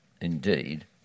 indeed